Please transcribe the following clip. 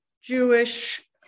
Jewish